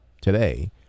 today